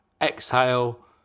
Exhale